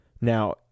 Now